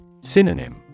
Synonym